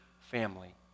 family